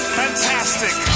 fantastic